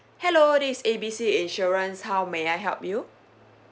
hello this is A B C insurance how may I help you